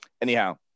Anyhow